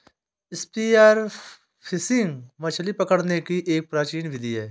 spear fishing मछली पकड़ने की एक प्राचीन विधि है